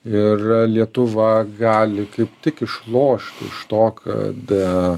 ir lietuva gali kaip tik išlošt iš to kad